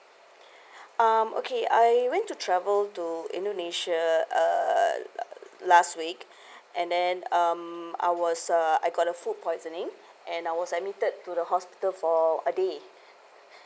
um okay I went to travel to indonesia err last week and then um I was uh I got a food poisoning and I was admitted to the hospital for a day